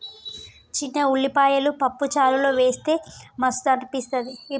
చిన్న ఉల్లిపాయలు పప్పు చారులో వేస్తె మస్తు అనిపిస్తది